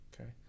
Okay